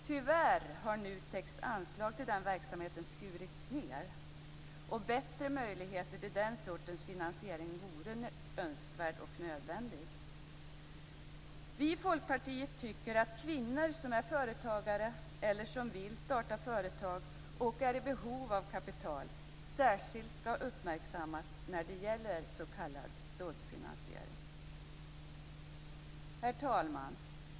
Tyvärr har NUTEK:s anslag till den verksamheten skurits ned, och bättre möjligheter till den sortens finansiering vore önskvärt och nödvändigt. Vi i Folkpartiet tycker att kvinnor som är företagare eller som vill starta företag och är i behov av kapital särskilt skall uppmärksammas vid s.k. såddfinansiering. Herr talman!